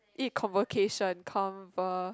eh convocation conve~